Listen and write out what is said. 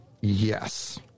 yes